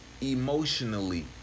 emotionally